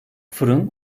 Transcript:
fırın